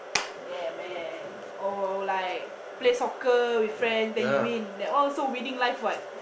yeah man or like play soccer with friend then you win that one also winning life what